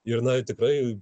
ir na tikrai